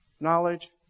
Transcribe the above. knowledge